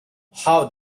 how